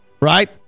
right